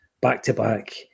back-to-back